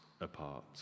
apart